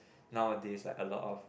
nowadays like a lot of